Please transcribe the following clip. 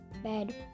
bed